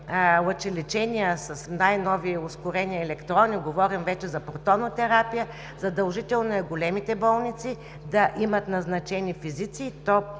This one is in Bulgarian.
лъчелечения с най-новия ускорен електрон, не говорим вече за протонотерапия, задължително е големите болници да имат назначени физици, и